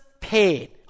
paid